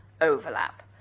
overlap